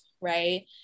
right